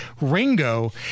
Ringo